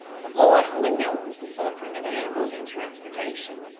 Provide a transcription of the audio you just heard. the lord only knows the suffering of animals in transportation,